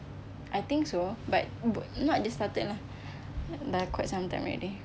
I think so but not just started lah dah quite some time already